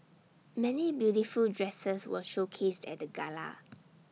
many beautiful dresses were showcased at the gala